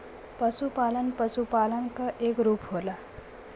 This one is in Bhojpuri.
पसुपालन पसुपालन क एक रूप होला